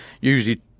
usually